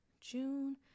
June